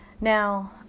Now